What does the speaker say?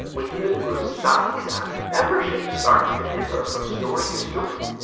with even the group's size and membership starting to differ from story to story,